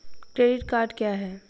Credit card क्या है?